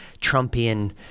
Trumpian